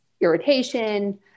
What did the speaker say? irritation